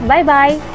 Bye-bye